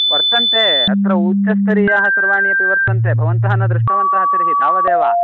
वर्तन्ते अत्र उच्चस्तरीयाः सर्वाणि अपि वर्तन्ते भवन्तः न दृष्टवन्तः तर्हि तावदेव